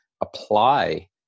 apply